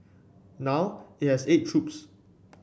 now it has eight troops